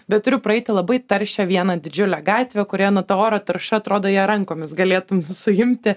bet turiu praeiti labai taršią vieną didžiulę gatvę kurioje na ta oro tarša atrodo ją rankomis galėtum suimti